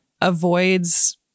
avoids